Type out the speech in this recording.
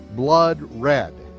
blood red.